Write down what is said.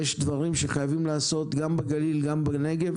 יש דברים שחייבים לעשות, גם בגליל וגם בנגב,